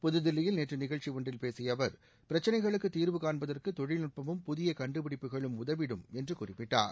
புதுதில்லியில் நேற்று நிகழ்ச்சி ஒன்றில் பேசிய அவர் பிரச்சினைகளுக்கு தீர்வுகாண்பதற்கு தொழில்நுட்பமும் புதிய கண்டுபிடிப்புகளும் உதவிடும் என்று குறிப்பிட்டார்